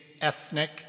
ethnic